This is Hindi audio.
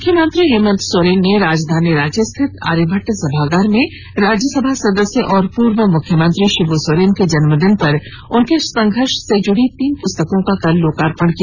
मुख्यमंत्री हेमंत सोरेन ने राजधानी रांची स्थित आर्यभट्ट सभागार में राज्यसभा सदस्य और पूर्व मुख्यमंत्री शिबू सोरेन के जन्मदिन पर उनके संघर्ष से जुड़ी तीन पुस्तकों का कल लोकार्पण किया